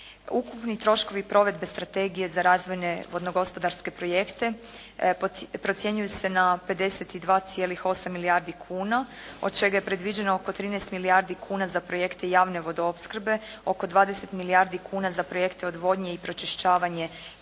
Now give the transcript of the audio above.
Ukupni troškovi provedbe Strategije za razvojne vodnogospodarske projekte procjenjuju se na 52,8 milijardi kuna od čega je predviđeno oko 13 milijardi kuna za projekte javne vodoopskrbe, oko 20 milijardi kuna za projekte odvodnje i pročišćavanje komunalnih